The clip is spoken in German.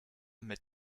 mit